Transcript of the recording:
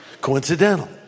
coincidental